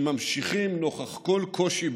שממשיכים נוכח כל קושי,